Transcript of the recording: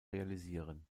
realisieren